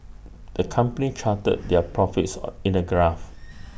the company charted their profits or in A graph